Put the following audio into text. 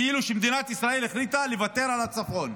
כאילו מדינת ישראל החליטה לוותר על הצפון.